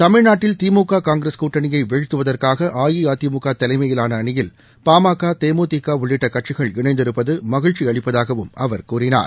தமிழ்நாட்டில் திமுக காங்கிரஸ் கூட்டணியை வீழ்த்துவதற்காக அஇஅதிமுக தலைமையிலான அணியில் பாமக தேமுதிக உள்ளிட்ட கட்சிகள் இணைந்திருப்பது மகிழ்ச்சியளிப்பதாகவும் அவர் கூறினார்